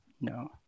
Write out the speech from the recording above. No